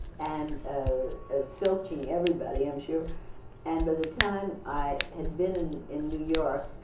and ah and filching everybody, i'm sure and by the time i had been in in new york.